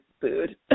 food